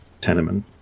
tenement